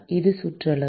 இது சுற்றளவு